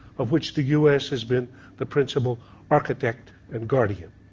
of which the us has been the principal architect and guardian.